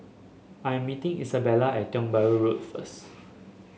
I am meeting Isabela at Tiong Bahru Road first